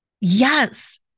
Yes